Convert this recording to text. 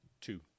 two